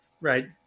Right